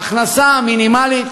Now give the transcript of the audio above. ההכנסה המינימלית,